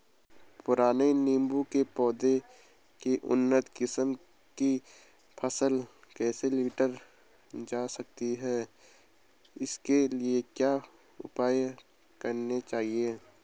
पुराने नीबूं के पौधें से उन्नत किस्म की फसल कैसे लीटर जा सकती है इसके लिए क्या उपाय करने चाहिए?